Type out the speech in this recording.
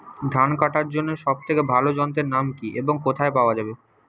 ধান কাটার জন্য সব থেকে ভালো যন্ত্রের নাম কি এবং কোথায় পাওয়া যাবে?